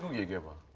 you get them